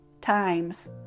times